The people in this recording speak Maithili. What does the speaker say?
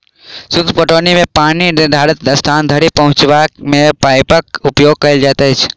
सूक्ष्म पटौनी मे पानि निर्धारित स्थान धरि पहुँचयबा मे पाइपक उपयोग कयल जाइत अछि